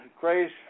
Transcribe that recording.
grace